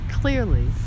clearly